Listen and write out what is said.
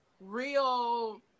real